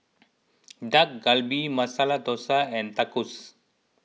Dak Galbi Masala Dosa and Tacos